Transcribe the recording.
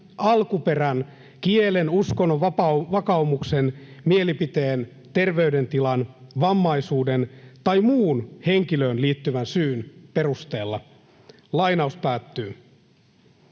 alkuperän, kielen, uskonnon, vakaumuksen, mielipiteen, terveydentilan, vammaisuuden tai muun henkilöön liittyvän syyn perusteella.” Tämä